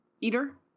eater